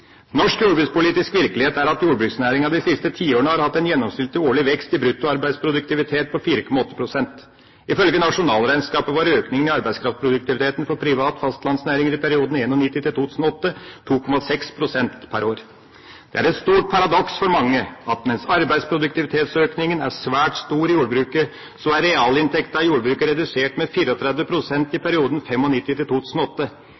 Norsk jordbrukspolitisk virkelighet er at jordbruksnæringa de siste tiårene har hatt en gjennomsnittlig årlig vekst i bruttoarbeidsproduktivitet på 4,8 pst. Ifølge nasjonalregnskapet var økningen i arbeidskraftproduktiviteten for privat fastlandsnæring i perioden 1991–2008 2,6 pst. per år. Det er et stort paradoks for mange at mens arbeidsproduktivitetsøkningen er svært stor i jordbruket, er realinntekten i jordbruket redusert med 34 pst. i